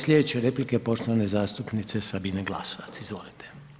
Slijedeća replika je poštovane zastupnice Sabine Glasovac, izvolite.